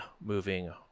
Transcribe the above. moving